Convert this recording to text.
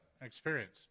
experience